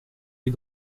les